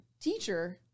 teacher